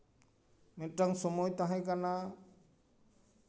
ᱢᱤᱫᱴᱟᱱ ᱥᱚᱢᱚᱭ ᱛᱟᱦᱮᱸ ᱠᱟᱱᱟ